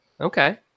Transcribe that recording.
Okay